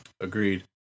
Agreed